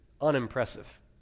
unimpressive